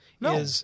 No